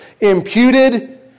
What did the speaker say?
Imputed